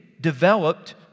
developed